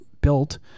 built